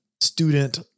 student